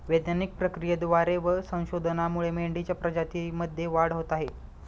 वैज्ञानिक प्रक्रियेद्वारे व संशोधनामुळे मेंढीच्या प्रजातीमध्ये वाढ होत आहे